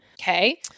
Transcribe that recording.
Okay